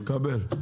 מקבל.